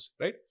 right